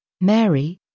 Mary